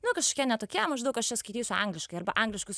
nu kažkokie ne tokie maždaug aš čia skaitysiu angliškai arba angliškus